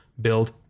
build